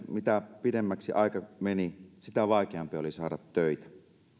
mitä pidemmäksi aika meni sitä vaikeampi oli saada töitä